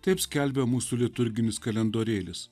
taip skelbia mūsų liturginis kalendorėlis